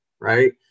right